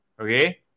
Okay